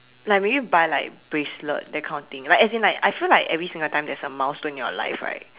like maybe buy like bracelet that kind of thing like as in I feel like every single time there is a milestone in your life right